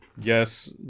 Yes